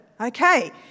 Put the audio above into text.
Okay